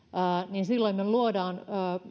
niin silloin me luomme